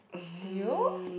do you